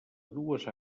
dues